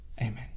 Amen